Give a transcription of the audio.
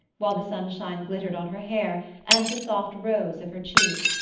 while the sunshine glittered on her hair and the soft rose of her cheek.